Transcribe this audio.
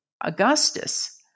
Augustus